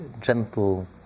gentle